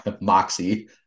moxie